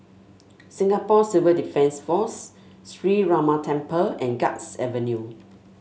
Singapore Civil Defence Force Sree Ramar Temple and Guards Avenue